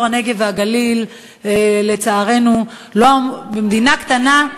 אזור הנגב והגליל, לצערנו, במדינה קטנה,